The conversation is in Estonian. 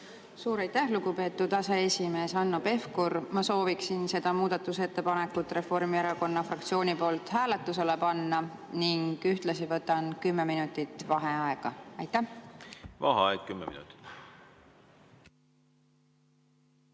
Suur aitäh, lugupeetud aseesimees Hanno Pevkur! Ma sooviksin seda muudatusettepanekut Reformierakonna fraktsiooni poolt hääletusele panna ning ühtlasi võtan kümme minutit vaheaega. Vaheaeg kümme minutit.V